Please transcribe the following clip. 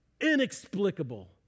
inexplicable